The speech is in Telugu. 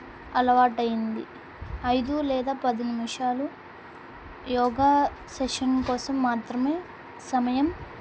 అలవాటు అయ్యింది ఐదు లేదా పది నిమిషాలు యోగా సెషన్ కోసం మాత్రమే సమయం